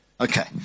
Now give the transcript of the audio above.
Okay